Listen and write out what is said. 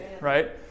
right